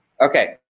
Okay